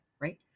right